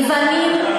לבנים,